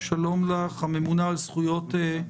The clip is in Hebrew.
כוועדה את המקומות שבהם